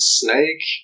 snake